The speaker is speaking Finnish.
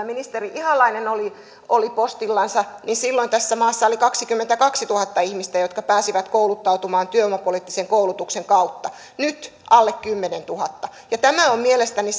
ministeri ihalainen oli postillansa niin silloin tässä maassa oli kaksikymmentäkaksituhatta ihmistä jotka pääsivät kouluttautumaan työvoimapoliittisen koulutuksen kautta nyt alle kymmenentuhatta ja tässä mielestäni